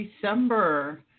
December